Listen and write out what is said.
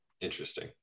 Interesting